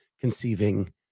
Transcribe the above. conceiving